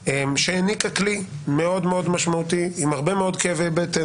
שהעניקה כלי מאוד מאוד משמעותי עם הרבה מאוד כאבי בטן,